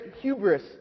hubris